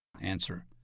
Answer